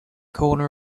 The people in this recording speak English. corner